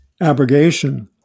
abrogation